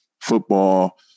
football